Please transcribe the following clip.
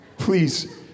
Please